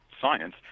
Science